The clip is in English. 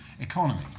economy